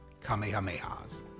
Kamehameha's